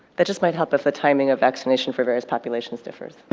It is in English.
that just might help if the timing of vaccination for various populations differs.